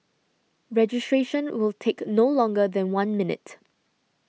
registration will take no longer than one minute